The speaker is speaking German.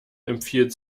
empfiehlt